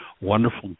wonderful